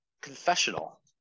confessional